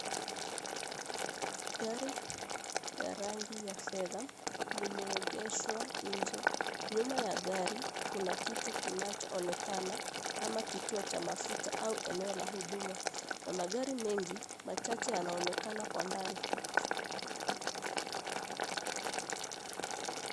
Gari ya rangi ya fedha limeegeshwa nje. Nyuma ya gari kuna kitu kinachoonekana kama kituo cha mafuta au eneo la huduma na magari mengi machache yanaonekana kwa mbali.